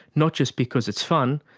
not just because it's fun,